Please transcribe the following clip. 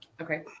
Okay